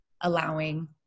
allowing